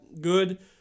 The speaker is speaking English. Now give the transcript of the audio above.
good